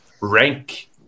rank